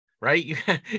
right